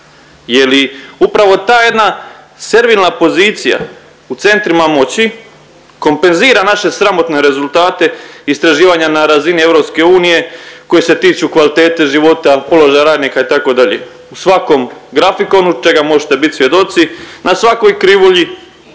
Je li upravo ta jedna servilna pozicija u centrima moći kompenzira naše sramotne rezultate istraživanja na razini EU koji se tiču kvalitete života, položaja radnika itd. U svakom grafikonu čega možete bit svjedoci, na svakoj krivulji,